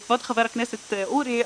כבוד חבר הכנסת אורי,